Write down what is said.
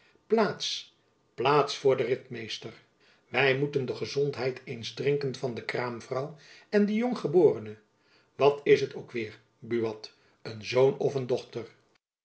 plaats plaats voor den ritmeester wy moeten de gezondheid eens drinken van de kraamvrouw en de jonggeborene wat is het ook weêr buat een zoon of een dochter